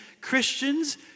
Christians